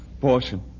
portion